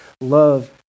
love